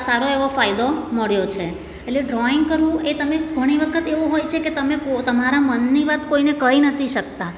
સારો એવો ફાયદો મળ્યો છે એટલે ડ્રોઈંગ કરવું એ તમે ઘણી વખત એવું હોય છે કે તમે પો તમારા મનની વાત કોઈને કહી નથી શકતા